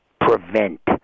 prevent